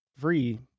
free